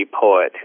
poet